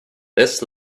this